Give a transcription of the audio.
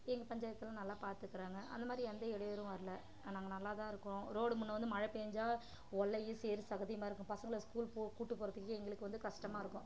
எங்கள் பஞ்சாயத்தில் நல்லா பாத்துக்கிறாங்க அந்த மாதிரி எந்த இடையூறும் வரல நாங்கள் நல்லா தான் இருக்கிறோம் ரோடு முன்னே வந்து மழை பேய்ஞ்சா ஓல்லையும் சேறு சகதியுமாக இருக்கும் பசங்களை ஸ்கூலுக்கு போக கூட்டு போகிறதுக்கே எங்களுக்கு வந்து கஷ்டமாக இருக்கும்